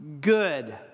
good